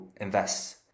Invest